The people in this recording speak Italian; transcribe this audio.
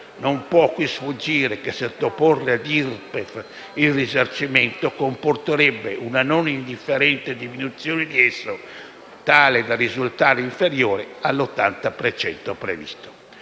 Non può sfuggire che sottoporre a IRPEF il risarcimento comporterebbe una non indifferente diminuzione di esso, tale da risultare inferiore all'80 per cento